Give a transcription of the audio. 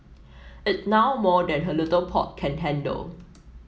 it's now more than her little pot can handle